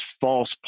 false